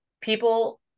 people